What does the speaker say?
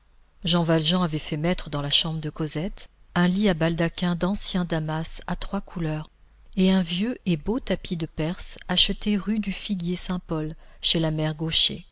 jean valjean avait fait mettre dans la chambre de cosette un lit à baldaquin d'ancien damas à trois couleurs et un vieux et beau tapis de perse acheté rue du figuier saint paul chez la mère gaucher